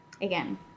again